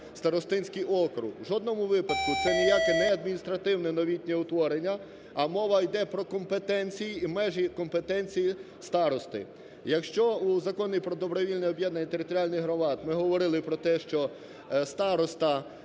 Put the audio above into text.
старостинський округ. В жодному випадку це ніяке не адміністративне новітнє утворення, а мова йде про компетенції і межі компетенції старости. Якщо у Законі про добровільне об'єднання територіальних громад ми говорили про те, що староста